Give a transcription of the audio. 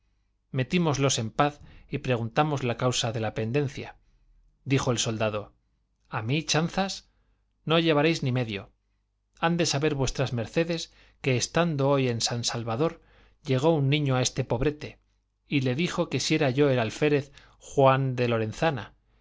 mucho metímoslos en paz y preguntamos la causa de la pendencia dijo el soldado a mí chanzas no llevaréis ni medio han de saber v mds que estando hoy en san salvador llegó un niño a este pobrete y le dijo que si era yo el alférez joan de lorenzana